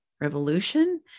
revolution